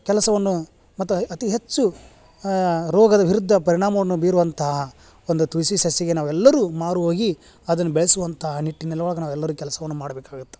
ಕೆಲಸವನ್ನು ಮತ್ತು ಅತಿ ಹೆಚ್ಚು ರೋಗದ ವಿರುದ್ಧ ಪರಿಣಾಮವನ್ನು ಬೀರುವಂತಹ ಒಂದು ತುಳಸಿ ಸಸ್ಯಕ್ಕೆ ನಾವೆಲ್ಲರೂ ಮಾರು ಹೋಗಿ ಅದನ್ನು ಬೆಳೆಸುವಂತಹ ನಿಟ್ಟಿನಲ್ಲಿ ಒಳಗೆ ನಾವೆಲ್ಲರೂ ಕೆಲಸವನ್ನು ಮಾಡ್ಬೇಕಾಗತ್ತೆ